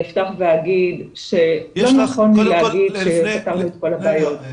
אפתח ואגיד שלא נכון להגיד שפתרנו את כל הבעיות.